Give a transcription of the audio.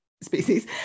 species